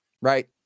right